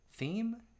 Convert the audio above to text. theme